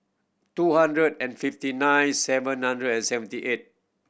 two hundred and fifty nine seven hundred and seventy eight